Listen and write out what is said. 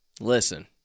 listen